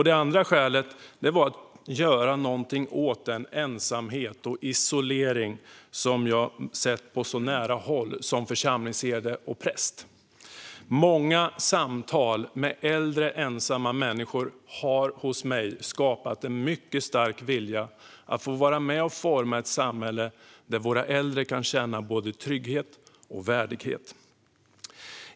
Det andra skälet var att få göra någonting åt den ensamhet och isolering som jag sett på så nära håll som församlingsherde och präst. Många samtal med äldre ensamma människor har hos mig skapat en mycket stark vilja att få vara med och forma ett samhälle där våra äldre kan känna både trygghet och värdighet.